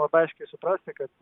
labai aiškiai suprasti kad